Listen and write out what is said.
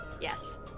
Yes